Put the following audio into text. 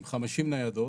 עם 50 ניידות